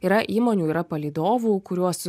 yra įmonių yra palydovų kuriuos